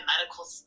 medical